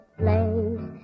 place